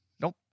Nope